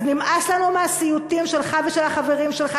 אז נמאס לנו מהסיוטים שלך ושל החברים שלך,